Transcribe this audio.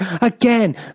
Again